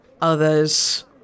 others